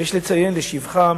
יש לציין לשבחם